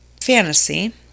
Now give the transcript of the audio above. fantasy